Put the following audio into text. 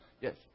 Yes